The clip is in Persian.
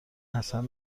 حسن